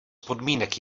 podmínek